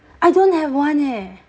I don't have one eh